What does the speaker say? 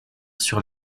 sur